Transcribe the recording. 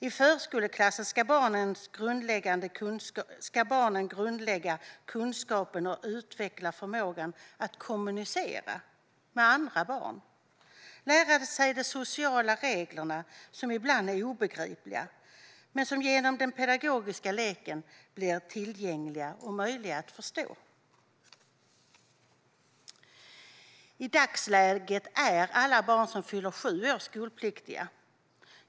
I förskoleklassen ska barnen grundlägga kunskaper, utveckla förmågan att kommunicera med andra barn och lära sig de sociala reglerna, som ibland är obegripliga men som genom den pedagogiska leken blir tillgängliga och möjliga att förstå. I dagsläget är alla barn som fyller sju år skolpliktiga.